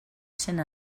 cent